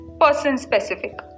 person-specific